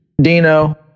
Dino